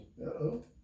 Uh-oh